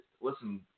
Listen